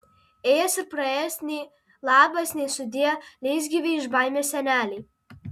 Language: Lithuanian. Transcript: ėjęs ir praėjęs nei labas nei sudie leisgyvei iš baimės senelei